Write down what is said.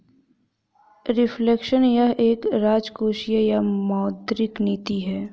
reflection यह एक राजकोषीय या मौद्रिक नीति है